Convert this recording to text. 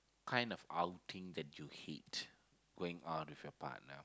kind of outing that you hate going out with your partner